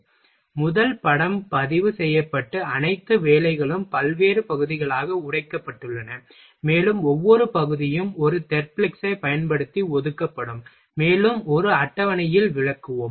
எனவே முதல் படம் பதிவு செய்யப்பட்டு அனைத்து வேலைகளும் பல்வேறு பகுதிகளாக உடைக்கப்பட்டுள்ளன மேலும் ஒவ்வொரு பகுதியும் ஒரு தெர்ப்லிக்ஸைப் பயன்படுத்தி ஒதுக்கப்படும் மேலும் ஒரு அட்டவணையில் விளக்குவோம்